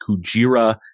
Kujira